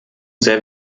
sehr